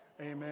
Amen